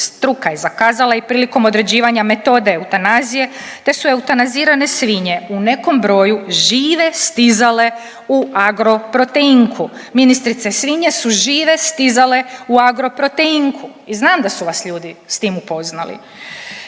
Struka je zakazala i prilikom određivanja metode eutanazije te su eutanizirane svinje u nekom broju žive stizale u Agroproteinku. Ministrice svinje su žive stizale u Agroproteinku i znam da su vas ljudi s tim upoznali.